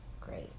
Great